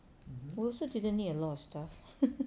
we also didn't need a lot of stuff